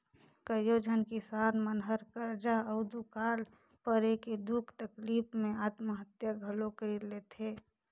कयोझन किसान मन हर करजा अउ दुकाल परे के दुख तकलीप मे आत्महत्या घलो कइर लेथे